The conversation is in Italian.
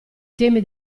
temi